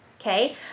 Okay